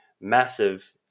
massive